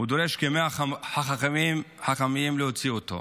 ודרושים 100 חכמים להוציא אותה.